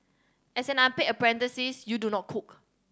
as unpaid apprentice you do not cook